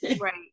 Right